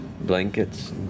blankets